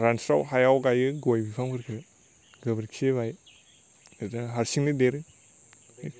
रानस्राव हायाव गायो गय बिफांफोरखो गोबोरखि होबाय बेजों हारसिंनो देरो